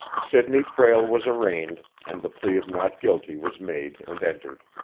sidney prale was arraigned, and the plea of not guilty was made and entered.